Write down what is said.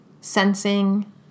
sensing